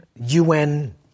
UN